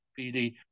pd